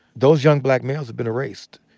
those young black males had been erased.